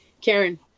Karen